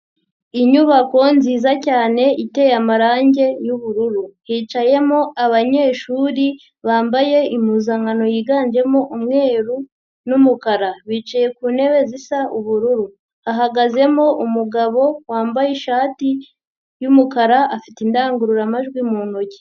Inyubako nziza cyane iteye amarangi y'ubururu, hicayemo abanyeshuri bambaye impuzankano yiganjemo umweru n'umukara, bicaye ku ntebe zisa ubururu, hahagazemo umugabo wambaye ishati y'umukara, afite indangururamajwi mu ntoki.